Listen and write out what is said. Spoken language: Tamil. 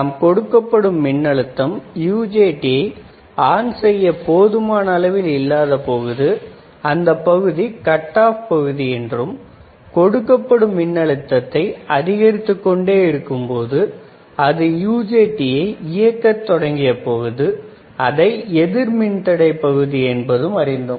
நாம் கொடுக்கப்படும் மின்னழுத்தம் UJTயை ஆன் செய்ய போதுமான அளவில் இல்லாத பொழுது அந்தப் பகுதி கட் ஆப் பகுதி என்றும் கொடுக்கப்படும் மின்னழுத்தத்தை அதிகரித்துக்கொண்டே இருக்கும் பொழுது அது UJT யை இயங்கத் தொடங்கியபோது அதை எதிர் மின் தடை பகுதி என்றும் அறிந்தோம்